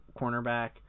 cornerback